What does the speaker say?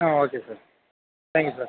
ah okay sir thank you sir